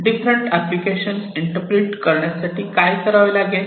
different applications interpret करण्यासाठी काय करावे लागते